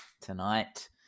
tonight